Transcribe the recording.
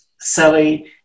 Sally